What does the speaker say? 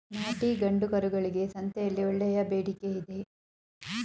ನಾಟಿ ಗಂಡು ಕರುಗಳಿಗೆ ಸಂತೆಯಲ್ಲಿ ಒಳ್ಳೆಯ ಬೇಡಿಕೆಯಿದೆ